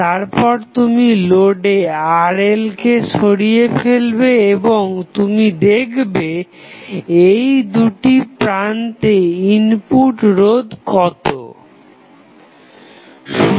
তারপর তুমি load RL কে সরিয়ে ফেলবে এবং তুমি দেখবে এই দুটি প্রান্তে ইনপুট রোধ কতো